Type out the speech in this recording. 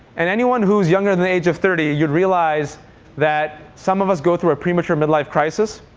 and anyone who's younger than the age of thirty, you'd realize that some of us go through a premature midlife crisis.